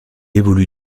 évolue